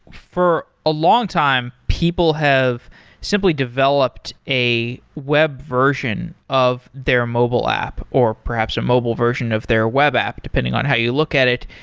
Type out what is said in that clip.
for a long time, people have simply developed a web version of their mobile app, or perhaps a mobile version of their web app depending on how you look at it.